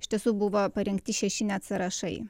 iš tiesų buvo parengti šeši net sąrašai